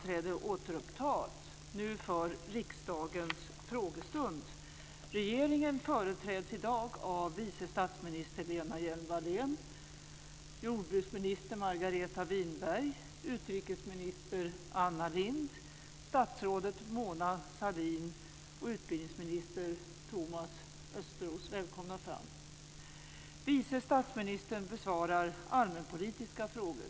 Regeringen företräds i dag av vice statsminister Välkomna fram. Vice statsministern besvarar allmänpolitiska frågor.